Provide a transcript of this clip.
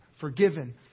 forgiven